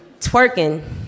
twerking